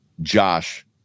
Josh